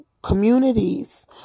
Communities